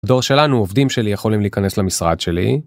דור שלנו, עובדים שלי, יכולים להיכנס למשרד שלי.